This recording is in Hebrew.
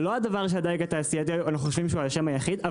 אנחנו לא חושבים שהדיג התעשייתי הוא האשם היחיד.